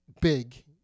big